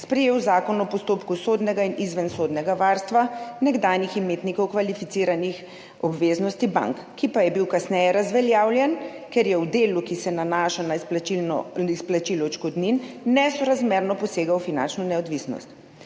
sprejel Zakon o postopku sodnega in izvensodnega varstva nekdanjih imetnikov kvalificiranih obveznosti bank, ki pa je bil kasneje razveljavljen, ker je v delu, ki se nanaša na izplačilo odškodnin, nesorazmerno posegel v finančno neodvisnost,